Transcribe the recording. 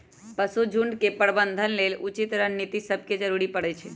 पशु झुण्ड के प्रबंधन के लेल उचित रणनीति सभके जरूरी परै छइ